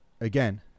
again